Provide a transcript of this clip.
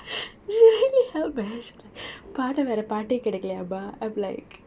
she really bashed பாட வேற பாட்டே கிடைக்கிளையாமா:paada vera paatae kidaikilaiya ma I'm like